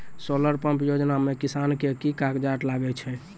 Solar pump योजना म किसान के की कागजात लागै छै?